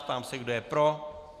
Ptám se, kdo je pro.